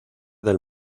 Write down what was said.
del